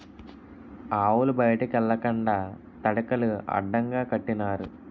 ఆవులు బయటికి ఎల్లకండా తడకలు అడ్డగా కట్టినారు